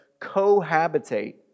cohabitate